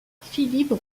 philippe